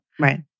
Right